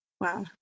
wow